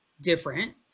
different